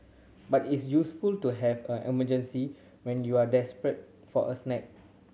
but it's useful to have a emergency when you are desperate for a snack